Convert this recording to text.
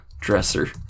dresser